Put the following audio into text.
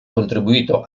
contribuito